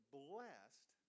blessed